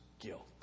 guilt